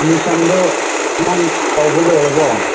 ꯑꯦꯠꯃꯤꯁꯟꯗꯣ ꯅꯪ ꯇꯧꯕ ꯂꯣꯏꯔꯕꯣ